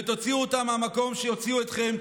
ותוציאו אותם מהמקום שממנו הוציאו אתכם,